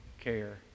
care